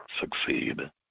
succeed